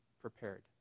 prepared